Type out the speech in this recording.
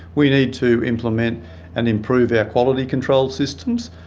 we need to implement and improve our quality control systems.